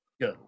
Good